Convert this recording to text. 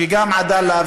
שגם "עדאלה",